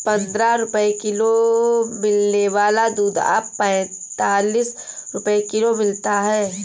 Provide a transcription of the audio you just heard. पंद्रह रुपए किलो मिलने वाला दूध अब पैंतालीस रुपए किलो मिलता है